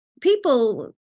People